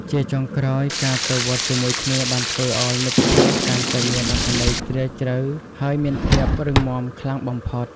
ជាចុងក្រោយ ការទៅវត្តជាមួយគ្នាបានធ្វើឲ្យមិត្តភាពកាន់តែមានអត្ថន័យជ្រាលជ្រៅហើយមានភាពរឹងមាំខ្លាំងបំផុត។